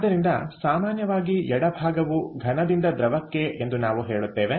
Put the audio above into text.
ಆದ್ದರಿಂದ ಸಾಮಾನ್ಯವಾಗಿ ಎಡಭಾಗವು ಘನದಿಂದ ದ್ರವಕ್ಕೆ ಎಂದು ನಾವು ಹೇಳುತ್ತೇವೆ